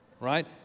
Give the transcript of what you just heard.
right